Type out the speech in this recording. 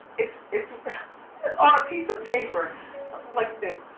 it's it's on a piece of paper like this,